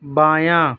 بایاں